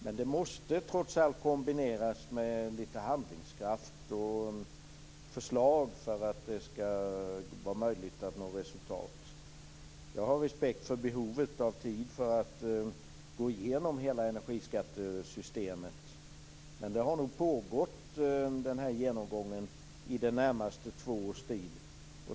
Men de måste kombineras med handlingskraft och förslag för att det skall vara möjligt att nå fram till resultat. Jag har respekt för behovet av tid för att gå igenom hela energiskattesystemet. Men genomgången har pågått i nästan två år.